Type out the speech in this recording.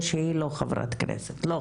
או שהיא לא חברת כנסת,